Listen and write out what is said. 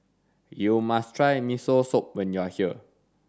you must try Miso Soup when you are here